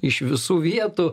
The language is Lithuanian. iš visų vietų